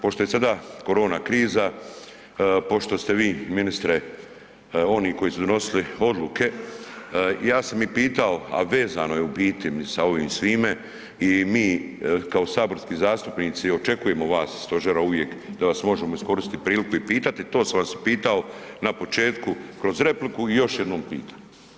Pošto je sada korona kriza, pošto ste vi ministre oni koji su donosili odluke, ja sam i pitao, a vezano je u biti sa ovim svime i mi kao saborski zastupnici očekujemo vas iz stožera uvijek da vas možemo iskoristit priliku i pitati, to sam vas i pitao na početku kroz repliku i još jednom pitam.